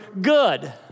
good